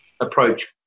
approach